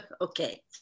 Okay